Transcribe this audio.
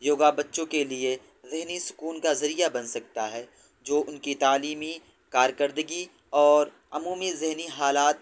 یوگا بچوں کے لیے ذہنی سکون کا ذریعہ بن سکتا ہے جو ان کی تعلیمی کارکردگی اور عمومی ذہنی حالات